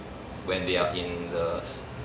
when they are in the